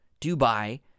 Dubai